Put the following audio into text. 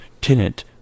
Tenant